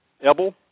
Ebel